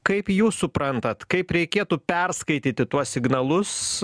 kaip jūs suprantat kaip reikėtų perskaityti tuos signalus